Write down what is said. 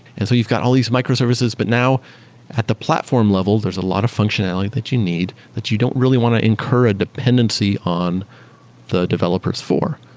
and so you've got all these microservices but now at the platform level, there's a lot of functionality that you need, that you don't really want to incur a dependency on the developers for.